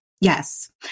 Yes